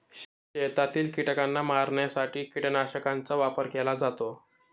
शेतातील कीटकांना मारण्यासाठी कीटकनाशकांचा वापर केला जातो